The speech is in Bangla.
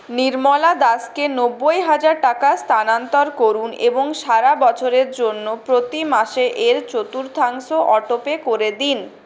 নির্মলা দাস কে নব্বই হাজার টাকা স্থানান্তর করুন এবং সারা বছরের জন্য প্রতি মাসে এর চতুর্থাংশ অটোপে করে দিন